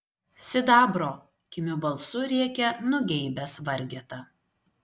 sidabro kimiu balsu rėkia nugeibęs vargeta